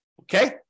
okay